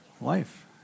Life